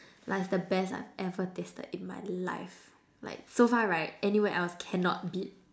like its the best I've ever tasted in my life like so far right anywhere else cannot beat